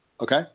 Okay